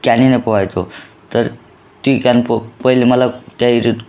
कॅनेने पोआयचो तर ती कॅन पो पहिले मला त्या इहीरीत